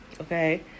okay